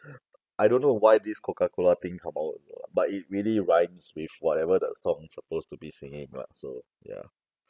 I don't know why this coca-cola thing come out but it really rhymes with whatever the song suppose to be singing ah so ya